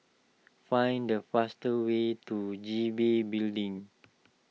find the fastest way to G B Building